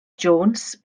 jones